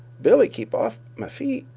billie keep off m' feet.